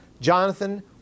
Jonathan